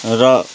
र